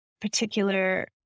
particular